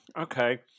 okay